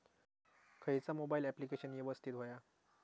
खयचा mobile application यवस्तित होया?